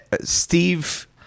Steve